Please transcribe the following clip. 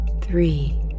Three